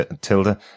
Tilda